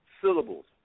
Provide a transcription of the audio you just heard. syllables